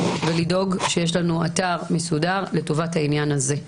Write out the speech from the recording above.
ולדאוג שיש לנו אתר מסודר לטובת העניין הזה.